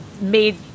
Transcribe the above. made